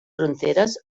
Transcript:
fronteres